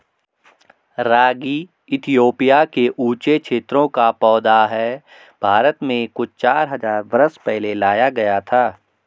रागी Ethiopia के ऊँचे क्षेत्रों का पौधा है भारत में कुछ चार हज़ार बरस पहले लाया गया था